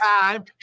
time